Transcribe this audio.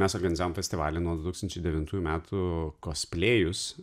mes organizavom festivalį nuo du tūkstančiai devintųjų metų kosplėjus